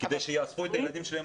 כדי שהן יוכלו לאסוף את הילדים שלהן